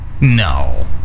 No